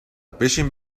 بشین